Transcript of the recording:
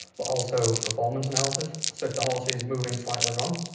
but also performance analysis. so if the horse is moving slightly wrong,